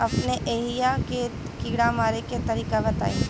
अपने एहिहा के कीड़ा मारे के तरीका बताई?